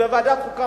בוועדת חוקה,